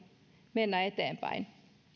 mennä eteenpäin